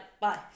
bye